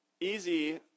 easy